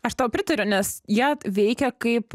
aš tau pritariu nes jie veikia kaip